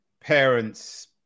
parents